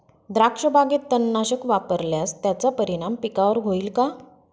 द्राक्षबागेत तणनाशक फवारल्यास त्याचा परिणाम पिकावर होईल का?